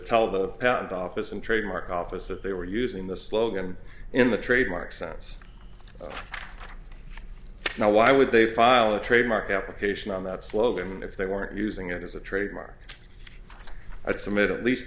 the office and trademark office that they were using the slogan in the trademark sense now why would they file a trademark application on that slogan if they weren't using it as a trademark i submitted at least